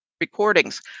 recordings